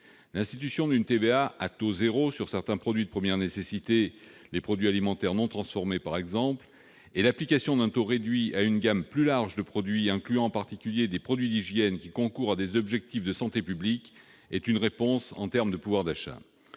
L'institution d'une TVA à taux zéro sur certains produits de première nécessité, les produits alimentaires non transformés par exemple, et l'application d'un taux réduit à une gamme plus large de produits incluant en particulier des produits d'hygiène concourant à des objectifs de santé publique sont une réponse en termes de pouvoir d'achat.